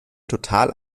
total